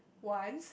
want